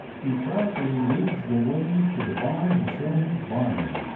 he proudly leads the way to the barn to show me barney,